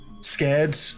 scared